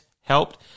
helped